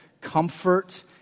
comfort